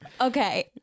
Okay